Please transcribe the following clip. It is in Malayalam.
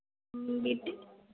മ് വിറ്റ്